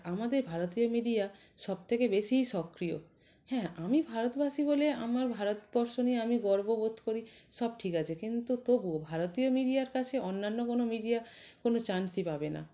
আমাদের ভারতীয় মিডিয়া সব থেকে বেশি সক্রিয় হ্যাঁ আমি ভারতবাসী বলে আমার ভারতবর্ষ নিয়ে আমি গর্ব বোধ করি সব ঠিক আছে কিন্তু তবুও ভারতীয় মিডিয়ার কাছে অন্যান্য কোনো মিডিয়া কোনো চান্সই পাবে না